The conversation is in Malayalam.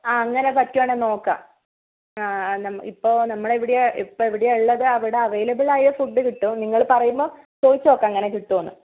ആ അങ്ങനെ പറ്റുവാണെങ്കിൽ നോക്കാം ആ ഇപ്പോൾ നമ്മൾ എവിടെയാണ് ഉള്ളത് അവിടെ അവൈലബിൾ ആയ ഫുഡ് കിട്ടും നിങ്ങൾ പറയുമ്പോൾ ചോദിച്ചു നോക്കാം അങ്ങനെ കിട്ടുമോ എന്ന്